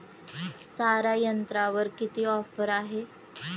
सारा यंत्रावर किती ऑफर आहे?